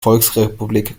volksrepublik